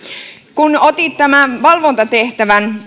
kun otin tämän valvontatehtäviä